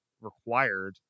required